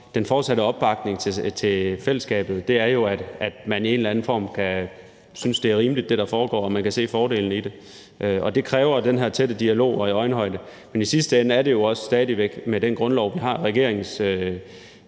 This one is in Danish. den fortsatte opbakning til fællesskabet jo, at man i en eller anden form kan synes, at det, der foregår, er rimeligt, og at man kan se fordelene i det. Og det kræver den her tætte dialog, og i øjenhøjde. Men i sidste ende er det jo, med den grundlov, vi har, stadig